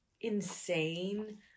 insane